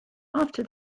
after